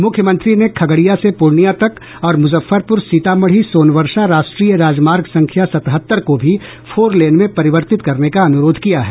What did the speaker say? मुख्यमंत्री ने खगड़िया से पूर्णिया तक और मुजफ्फरपुर सीतामढ़ी सोनवर्षा राष्ट्रीय राजमार्ग संख्या सतहत्तर को भी फोर लेन में परिवर्तित करने का अनुरोध किया है